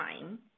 time